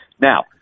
Now